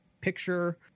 picture